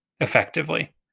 effectively